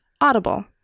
Audible